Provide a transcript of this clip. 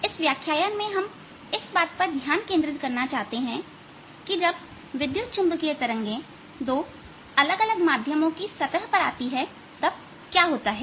इस व्याख्यान में हम इस बात पर ध्यान केंद्रित करना चाहते हैं कि जब विद्युत चुंबकीय तरंगे दो अलग अलग माध्यमों की सतह पर आती है तब क्या होता है